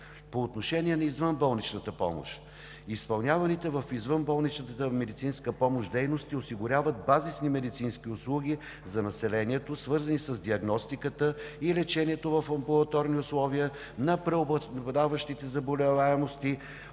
По отношение на извънболничната помощ. Изпълняваните дейности в извънболничната медицинска помощ осигуряват базисни медицински услуги за населението, свързани с диагностиката и лечението в амбулаторни условия на преобладаващите заболеваемости